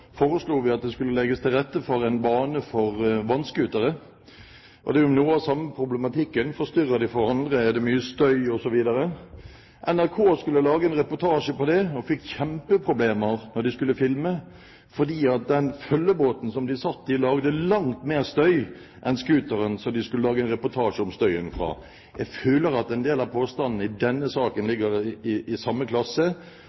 at det skulle legges til rette for en bane for vannscootere. Det er jo noe av den samme problematikken: Forstyrrer de andre? Er det mye støy osv.? NRK skulle lage en reportasje om det og fikk kjempeproblemer da de skulle filme, fordi den følgebåten som de satt i, lagde langt mer støy enn scooteren som de skulle lage en reportasje om, lagde. Jeg føler at en del av påstandene i denne saken